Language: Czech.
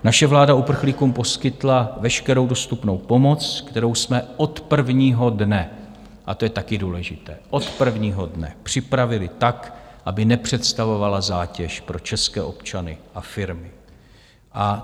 Naše vláda uprchlíkům poskytla veškerou dostupnou pomoc, kterou jsme od prvního dne a to je taky důležité, od prvního dne připravili tak, aby nepředstavovala zátěž pro české občany a firmy.